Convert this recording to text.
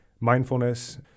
mindfulness